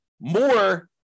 more